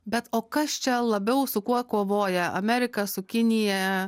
bet o kas čia labiau su kuo kovoja amerika su kinija